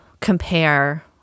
compare